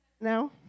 No